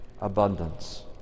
abundance